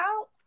out